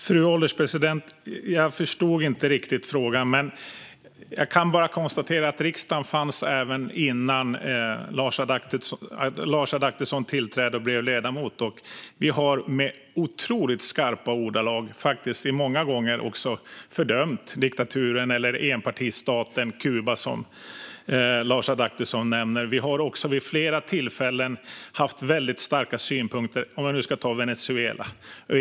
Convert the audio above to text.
Fru ålderspresident! Jag förstod inte riktigt frågan. Jag kan bara konstatera att riksdagen fanns även innan Lars Adaktusson blev ledamot, och vi har många gånger med skarpa ordalag fördömt diktaturen eller enpartistaten Kuba. Vi har också vid flera tillfällen haft starka synpunkter på Venezuela.